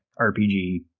RPG